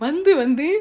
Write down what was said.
வந்துவந்து: vandhuvandhu